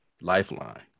Lifeline